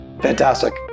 fantastic